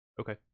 Okay